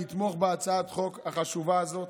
לתמוך בהצעת החוק החשובה הזאת.